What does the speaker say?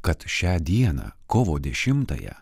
kad šią dieną kovo dešimtąją